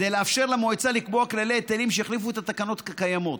כדי לאפשר למועצה לקבוע כללי היטלים שיחליפו את התקנות הקיימות.